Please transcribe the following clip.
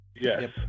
yes